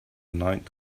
night